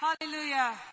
Hallelujah